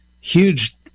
huge